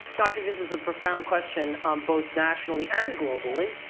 no, i think this is a profound question both nationally and globally.